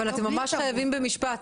אבל ממש במשפט.